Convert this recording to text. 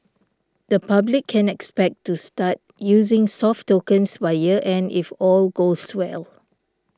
the public can expect to start using soft tokens by year end if all goes well